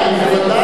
בוודאי,